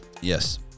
Yes